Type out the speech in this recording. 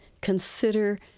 Consider